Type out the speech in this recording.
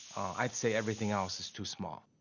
i'd say everything else is too small.